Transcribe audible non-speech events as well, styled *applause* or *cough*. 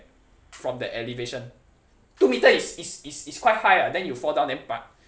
from the elevation two meter is is is quite high ah then you fall down then *noise*